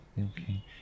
Okay